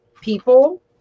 people